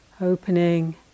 opening